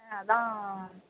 ஆ அதான்